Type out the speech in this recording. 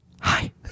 Hi